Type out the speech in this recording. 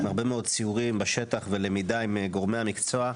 הרבה מאוד סיורים בשטח, ולמידה עם גורמי המקצוע.